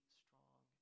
strong